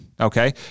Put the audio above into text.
okay